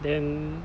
then